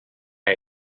are